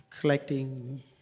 collecting